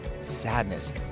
sadness